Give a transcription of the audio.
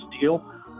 deal